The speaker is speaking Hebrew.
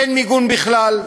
אין מיגון בכלל.